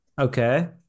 Okay